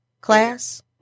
class